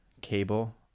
cable